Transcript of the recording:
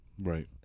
right